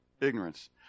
ignorance